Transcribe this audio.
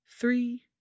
three